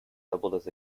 doubled